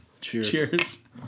Cheers